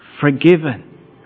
forgiven